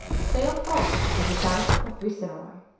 sailed off with the title of viceroy.